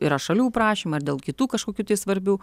yra šalių prašymą ar dėl kitų kažkokių svarbių